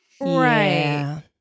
Right